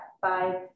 five